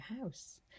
house